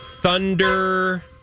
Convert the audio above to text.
Thunder